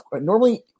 normally